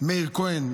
למאיר כהן,